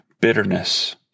bitterness